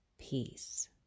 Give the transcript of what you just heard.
peace